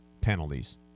penalties